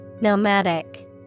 Nomadic